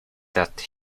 that